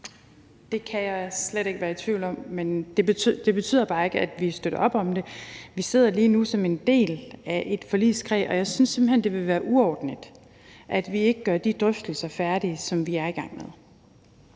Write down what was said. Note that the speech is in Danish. Det kan jeg slet ikke være i tvivl om, men det betyder bare ikke, at vi støtter op om det. Vi sidder lige nu som en del af et forlig, og jeg synes simpelt hen, at det ville være uordentligt, hvis vi ikke gør de drøftelser færdige, som vi er i gang med.